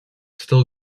still